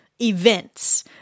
events